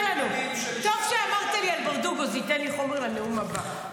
--- כל-כולו --- של לשכת עורכי הדין.